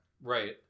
Right